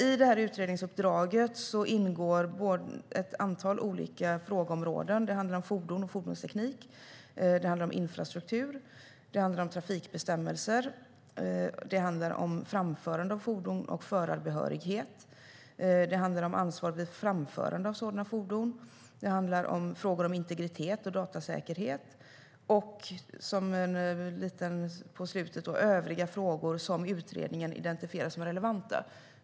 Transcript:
I utredningsuppdraget ingår ett antal olika frågeområden. Det handlar om fordon och fordonsteknik. Det handlar om infrastruktur. Det handlar om trafikbestämmelser. Det handlar om framförande av fordon och förarbehörighet. Det handlar om ansvar vid framförande av sådana fordon. Det handlar om frågor om integritet och datasäkerhet. Och på slutet kommer övriga frågor som utredningen identifierar som relevanta.